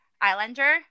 Islander